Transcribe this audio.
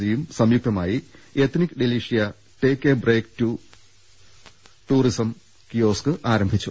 സിയും സംയുക്ത മായി ethnic Delicia take a break tourism kiosk ആരംഭിച്ചു